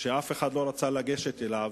שאף אחד לא רצה לגשת אליו,